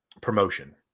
promotion